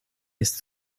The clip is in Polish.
jest